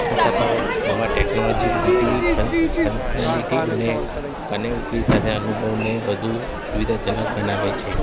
આ તફાવત નવા ટેકનોલોજી મલ્ટીપલ ફન્ગ્શનાલીટી અને કનેવીટી સાથે અનુભવને વધુ સુવિધાજનક બનાવે છે